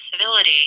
civility